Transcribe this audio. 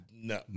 no